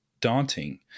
daunting